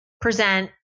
present